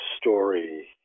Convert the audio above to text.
story